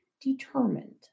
determined